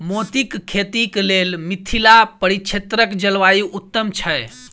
मोतीक खेती केँ लेल मिथिला परिक्षेत्रक जलवायु उत्तम छै?